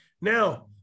Now